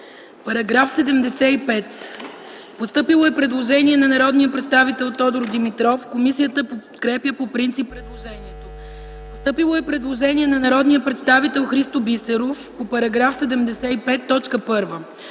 Параграф 75 – постъпило е предложение на народния представител Тодор Димитров. Комисията подкрепя по принцип предложението. Постъпило е предложение на народния представител Христо Бисеров по § 75: